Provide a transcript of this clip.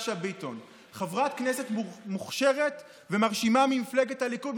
חברת כנסת מוכשרת ומרשימה ממפלגת הליכוד,